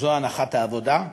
זו הנחת העבודה,